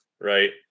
right